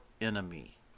enemy